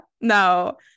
No